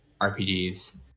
RPGs